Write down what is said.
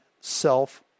self